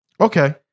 Okay